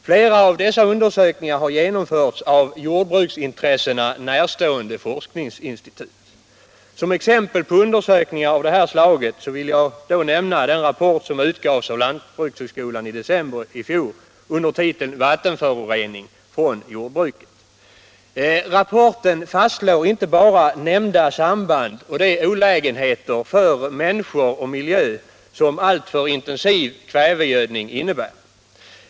Flera av dessa undersökningar har genomförts av jordbruksintressena närstående forskningsinstitut. Som exempel på undersökningar av det här slaget vill jag nämna den rapport som utgavs av lantbrukshögskolan i december i fjol under titeln Vattenförorening från jordbruket. Rapporten fastslår inte bara nämnda samband och de olägenheter för människor och miljö som alltför intensiv kvävegödsling innebär.